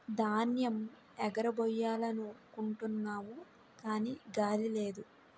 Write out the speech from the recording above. ధాన్యేమ్ ఎగరబొయ్యాలనుకుంటున్నాము గాని గాలి లేదు